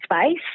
space